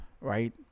right